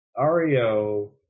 Ario